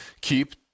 Keep